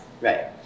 Right